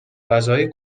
غذای